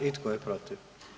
I tko je protiv?